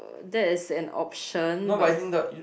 that is an option but